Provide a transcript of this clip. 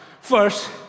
first